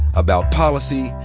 about policy,